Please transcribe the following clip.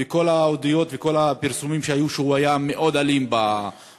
וכל הידיעות וכל הפרסומים היו שהוא היה מאוד אלים בכלא.